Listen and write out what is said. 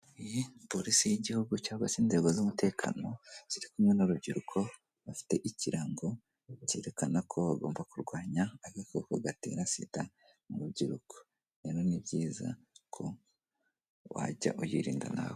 Iyi ni polisi y'igihugu cyangwa inzego z'umutekano ziri kumwe n'urubyiruko, bafite ikirango cyerekana ko bagomba kurwanya agakoko gatera sida mu rubyiruko, rero ni byiza ko wajya uyirinda nawe.